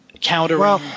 countering